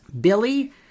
Billy